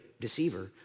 deceiver